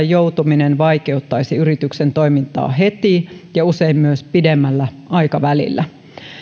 joutuminen vaikeuttaisi yrityksen toimintaa heti ja usein myös pidemmällä aikavälillä